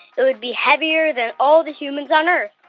it would be heavier than all the humans on earth